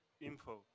info